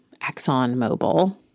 ExxonMobil